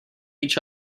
each